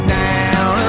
down